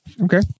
Okay